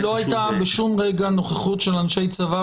לא הייתה בשום רגע נוכחות של אנשי צבא,